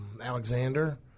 Alexander